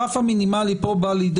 הרי זה מתחיל שם,